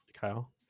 Kyle